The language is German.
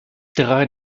drei